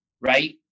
right